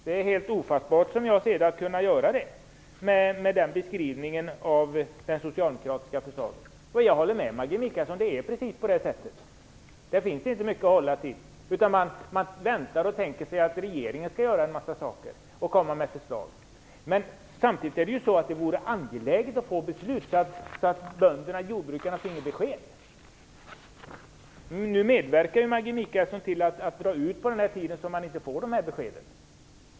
Med den beskrivningen av det socialdemokratiska förslaget är det helt ofattbart att hon ändå stöder det. Jag håller med Maggi Mikaelsson om att det inte finns mycket i propositionen. Man väntar då och tänker sig att regeringen skall komma med en massa förslag, men samtidigt vore det ju angeläget att få ett beslut, så att jordbrukarna finge besked. Nu medverkar Maggi Mikaelsson till att det drar ut på tiden och jordbrukarna inte får de här beskeden.